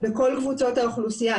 בכל קבוצות האוכלוסייה.